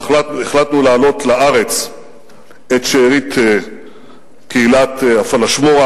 אנחנו החלטנו להעלות לארץ את שארית קהילת הפלאשמורה.